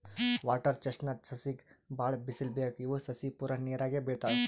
water chestnut ಸಸಿಗ್ ಭಾಳ್ ಬಿಸಲ್ ಬೇಕ್ ಇವ್ ಸಸಿ ಪೂರಾ ನೀರಾಗೆ ಬೆಳಿತಾವ್